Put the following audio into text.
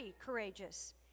courageous